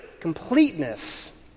completeness